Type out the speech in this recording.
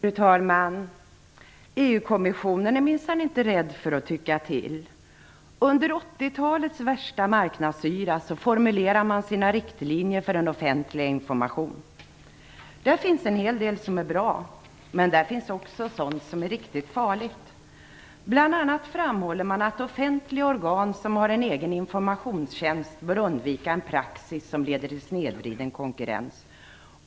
Fru talman! EU-kommissionen är minsann inte rädd för att tycka till. Under 80-talets värsta marknadsyra formulerade man sina riktlinjer för den offentliga informationen. Där finns en hel del som är bra, men där finns också sådant som är riktigt farligt. Man framhåller bl.a. att offentliga organ som har en egen informationstjänst bör undvika en praxis som leder till snedvriden konkurrens.